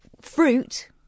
fruit